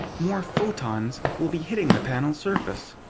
more photons will be hitting the panel surface.